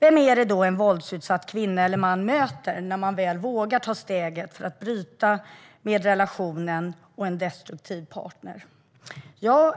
Vem är det då en våldsutsatt kvinna eller man möter när de vågar steget för att bryta relationen med en destruktiv partner?